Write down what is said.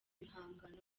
ibihangano